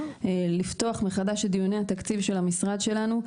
על מנת לפתוח מחדש את דיוני התקציב של המשרד שלנו,